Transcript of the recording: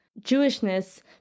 Jewishness